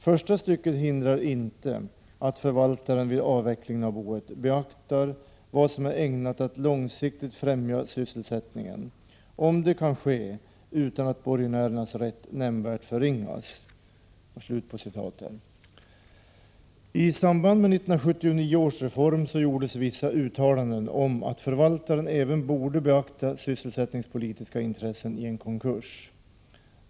Första stycket hindrar inte att förvaltaren vid avvecklingen av boet beaktar vad som är ägnat att långsiktigt främja sysselsättningen, om det kan ske utan att borgenärernas rätt nämnvärt förringas.” I samband med 1979 års reform gjordes vissa uttalanden om att förvaltaren även borde beakta sysselsättningspolitiska intressen i en konkurs.